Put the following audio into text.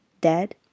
dead